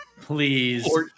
Please